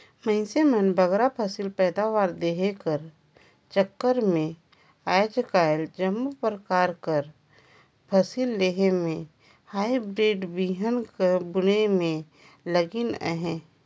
मइनसे मन बगरा पएदावारी लेहे कर चक्कर में आएज काएल जम्मो परकार कर फसिल लेहे में हाईब्रिड बीहन बुने में लगिन अहें